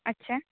ᱟᱪᱪᱷᱟ